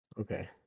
Okay